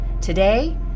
Today